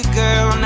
girl